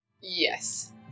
Yes